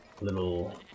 little